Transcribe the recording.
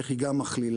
איך היא גם מכלילה,